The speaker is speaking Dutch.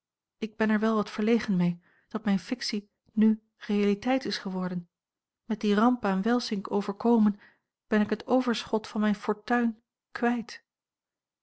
ik ben er wel wat verlegen mee dat mijne fictie n realiteit is geworden met die ramp aan welsink overkomen ben ik het overschot van mijn fortuin kwijt